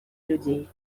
людей